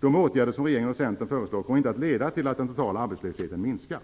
De åtgärder som regeringen och Centern föreslår kommer inte att leda till att den totala arbetslösheten minskar.